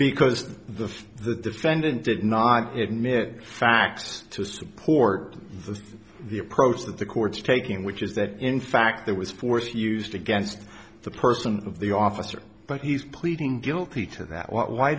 because the defendant did not admit facts to support the approach that the court's taking which is that in fact there was force used against the person of the officer but he's pleading guilty to that why